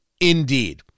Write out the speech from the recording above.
indeed